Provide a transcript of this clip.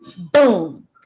Boom